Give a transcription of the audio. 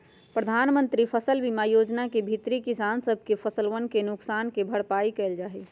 प्रधानमंत्री फसल बीमा योजना के भीतरी किसान सब के फसलवन के नुकसान के भरपाई कइल जाहई